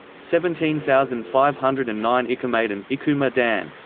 seventeen thousand five hundred and nine ikumadan ikumadan